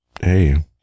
Hey